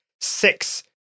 six